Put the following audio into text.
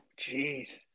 Jeez